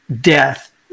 death